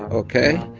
ok?